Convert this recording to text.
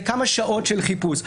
זה כמה שעות של חיפוש.